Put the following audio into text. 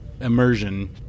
Immersion